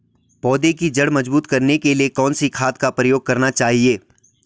पौधें की जड़ मजबूत करने के लिए कौन सी खाद का प्रयोग करना चाहिए?